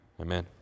Amen